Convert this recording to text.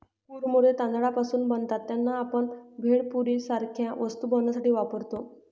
कुरमुरे तांदळापासून बनतात त्यांना, आपण भेळपुरी सारख्या वस्तू बनवण्यासाठी वापरतो